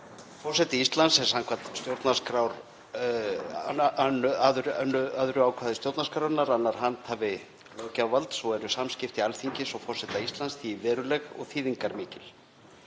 Forseti Íslands er samkvæmt 2. ákvæði stjórnarskrárinnar annar handhafi löggjafarvalds og eru samskipti Alþingis og forseta Íslands því veruleg og þýðingarmikil.